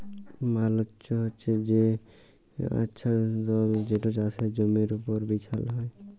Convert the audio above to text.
mulch হছে সে আচ্ছাদল যেট চাষের জমির উপর বিছাল হ্যয়